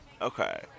Okay